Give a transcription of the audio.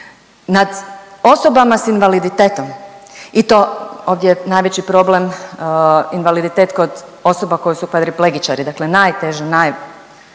nad osobama s invaliditetom i to, ovdje je najveći problem invaliditet kod osoba koje su paraplegičari dakle najteži, naj,